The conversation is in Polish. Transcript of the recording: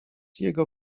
jego